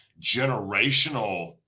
generational